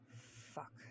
Fuck